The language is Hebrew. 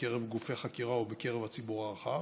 בקרב גופי חקירה ובקרב הציבור הרחב,